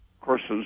courses